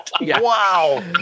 Wow